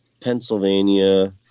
pennsylvania